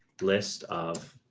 list of,